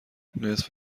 نصف